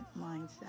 mindset